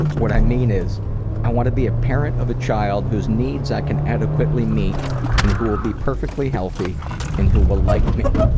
what i mean is i want to be the parent of a child whose needs i can adequately meet and who will be perfectly healthy and who will like me.